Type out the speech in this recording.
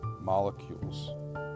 molecules